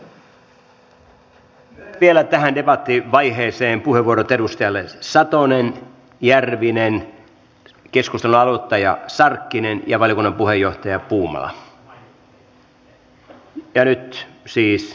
myönnän vielä tähän debattivaiheeseen puheenvuorot edustajille satonen järvinen keskustelun aloittaja sarkkinen ja valiokunnan puheenjohtaja puumala